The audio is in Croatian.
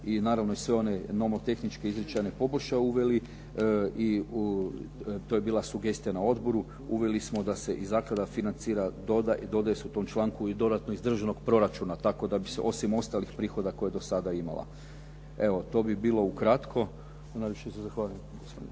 i naravno i sve one nomotehničke izričajne … /Govornik se ne razumije./ … uveli i u, to je bila sugestija na odboru. Uveli smo da se i zaklada financira i dodaje se u tom članku i dodatno iz državnog proračuna tako da bi se osim ostalih prihoda koje je do sada imala. Evo, to bi bilo ukratko.